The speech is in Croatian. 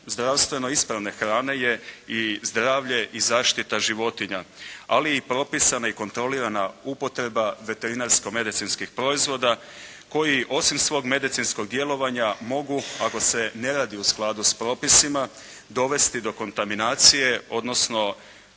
zdravstveno ispravne hrane je i zdravlje i zaštita životinja, ali i propisana i kontrolirana upotreba veterinarko-medicinskih proizvoda koji osim svog medicinskog djelovanja mogu, ako se ne radi u skladu s propisima, dovesti do kontaminacije, odnosno